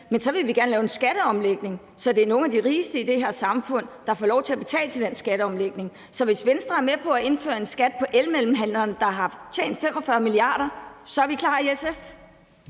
Men så vil vi gerne lave en skatteomlægning, så det er nogle af de rigeste i det her samfund, der får lov til at betale til den skatteomlægning. Så hvis Venstre er med på at indføre en skat for elmellemhandleren, der har tjent 45 mia. kr., er vi klar i SF.